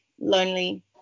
lonely